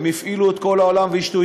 הם הפעילו את כל העולם ואשתו,